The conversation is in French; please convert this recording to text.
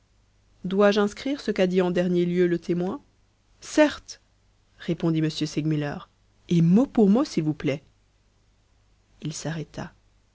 dois-je inscrire ce qu'a dit en dernier lieu le témoin certes répondit m segmuller et mot pour mot s'il vous plaît il s'arrêta